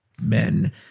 men